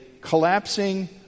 collapsing